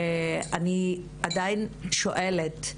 אני עדיין שואלת,